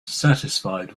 satisfied